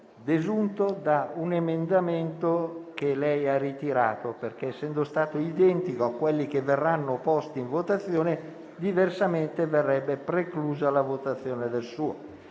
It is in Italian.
desunto da un emendamento che lei ha ritirato; diversamente, essendo identico a quelli che verranno posti in votazione, verrebbe preclusa la votazione del suo.